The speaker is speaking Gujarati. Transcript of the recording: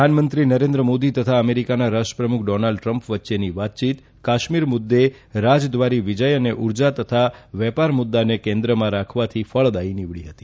પ્રધાનમંત્રી નરેન્દ્રમોદી તથા અમેરીકાના રાષ્ટ્રપ્રમુખ ડોનાલ્ડ ટ્રમ્પ વચ્ચેની વાતચીત કાશ્મીર મુદ્દે રાજદ્વારી વિજય અને ઉર્જા તથા વેપાર મુદ્દાને કેન્દ્રમાં રાખવાથી ફળદાયી નીવડી હતી